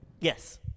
Yes